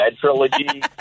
trilogy